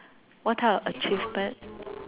what type of achievement